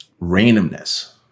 randomness